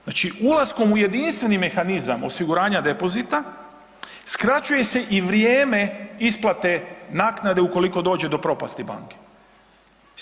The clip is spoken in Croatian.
Znači ulaskom u jedinstveni mehanizam osiguranja depozita skraćuje se i vrijeme isplate naknade ukoliko dođe do propasti banke, jel.